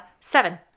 seven